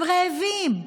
הם רעבים,